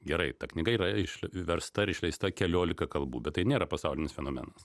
gerai ta knyga yra išversta ir išleista keliolika kalbų bet tai nėra pasaulinis fenomenas